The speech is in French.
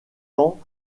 temps